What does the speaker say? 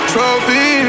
Trophy